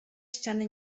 ściany